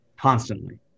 constantly